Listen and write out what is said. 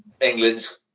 England's